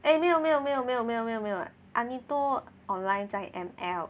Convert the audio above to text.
eh 没有没有没有没有没有没有没有 Anito online 在 M_L